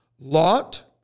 Lot